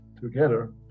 together